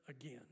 again